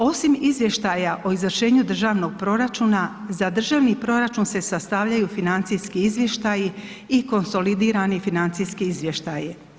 Osim izvještaja o izvršenju Državnog proračuna za Državni proračun se sastavljaju financijski izvještaji i konsolidirani financijski izvještaji.